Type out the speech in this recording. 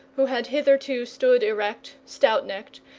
who had hitherto stood erect, stout-necked,